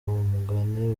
umugani